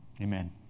Amen